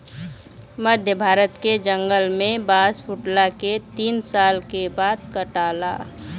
मध्य भारत के जंगल में बांस फुटला के तीन साल के बाद काटाला